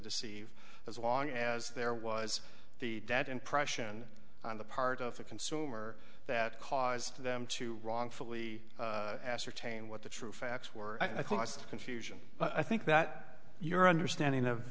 deceive as long as there was the debt impression on the part of the consumer that caused them to wrongfully ascertain what the true facts were i cost confusion i think that your understanding of